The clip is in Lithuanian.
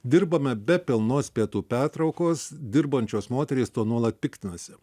dirbame be pilnos pietų pertraukos dirbančios moterys tuo nuolat piktinasi